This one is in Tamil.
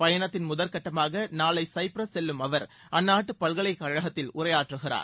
பயணத்தின் முதற்கட்டமாக நாளை சைப்ரஸ் செல்லும் அவர் அந்நாட்டு பல்கலைக்கழகத்தில் உரையாற்றுகிறார்